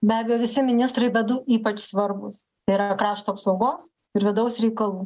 be abejo visi ministrai bet du ypač svarbūs tai yra krašto apsaugos ir vidaus reikalų